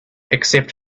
except